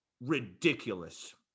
ridiculous